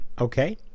Okay